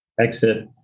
exit